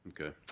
Okay